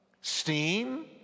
steam